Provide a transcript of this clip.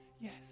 Yes